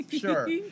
sure